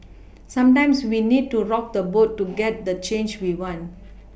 sometimes we need to rock the boat to get the change we want